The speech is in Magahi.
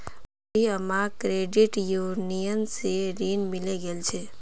बूढ़ी अम्माक क्रेडिट यूनियन स ऋण मिले गेल छ